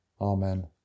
Amen